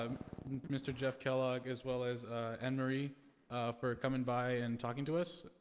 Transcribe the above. mr. jeff kellogg as well as anne marie for coming by and talking to us.